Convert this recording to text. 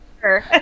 sure